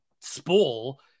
spool